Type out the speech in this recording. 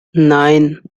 nine